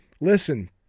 Listen